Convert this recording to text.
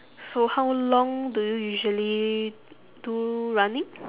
so how long do you usually do running